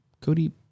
Cody